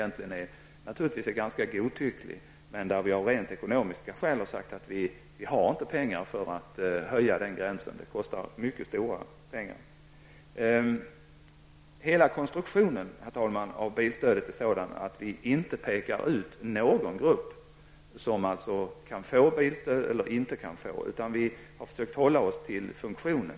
Den gränsen är naturligtvis ganska godtycklig, men vi har av rent ekonomiska skäl sagt att vi inte har pengar för att höja den gränsen. Det kostar mycket stora summor. Herr talman! Bilstödets konstruktion är sådan att inte någon grupp pekas ut som kan få eller inte kan få bilstöd, utan vi har försökt hålla oss till funktionen.